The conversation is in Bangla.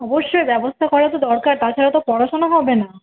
অবশ্যই ব্যবস্থা করা তো দরকার তাছাড়া তো পড়াশোনা হবে না